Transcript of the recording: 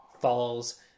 falls